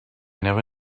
never